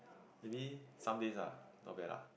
maybe some days lah not bad lah